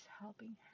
helping